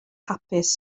hapus